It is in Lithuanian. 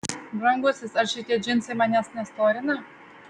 brangusis ar šitie džinsai manęs nestorina